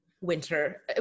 winter